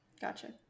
Gotcha